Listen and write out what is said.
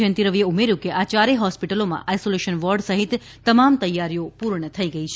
જયંતિ રવિએ ઉમેર્યું છે કે આ યારેય હોસ્પિટલમાં આઈશોલેશન વોર્ડ સહિત તમામ તૈયારીઓ પૂર્ણ થઇ ગઇ છે